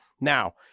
Now